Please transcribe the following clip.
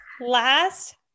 last